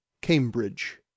cambridge